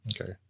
Okay